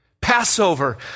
Passover